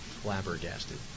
flabbergasted